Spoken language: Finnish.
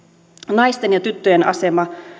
naisten ja tyttöjen asema